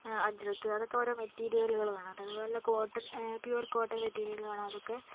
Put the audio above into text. അജ്രഖ് അതൊക്കെ ഓരോ മെറ്റീരിയാളുകളാണ് നല്ല നല്ല ക്വാളിറ്റിയുള്ള പ്യുർ കോട്ടൺ മെറ്റീരിയലാണ് അതൊക്കെ